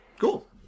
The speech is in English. Cool